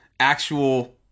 actual